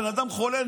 בן אדם חולה,